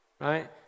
right